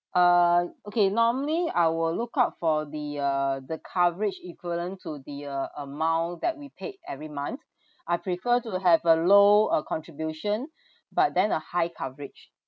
uh okay normally I will look out for the uh the coverage equivalent to the uh amount that we paid every month I prefer to have a low uh contribution but then a high coverage